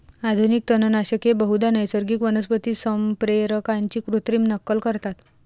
आधुनिक तणनाशके बहुधा नैसर्गिक वनस्पती संप्रेरकांची कृत्रिम नक्कल करतात